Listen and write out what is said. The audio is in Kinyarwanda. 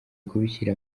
kubishyira